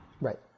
Right